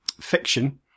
fiction